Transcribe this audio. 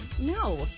No